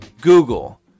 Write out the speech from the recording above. Google